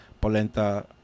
Polenta